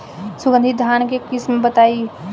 सुगंधित धान के किस्म बताई?